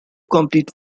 complete